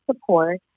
support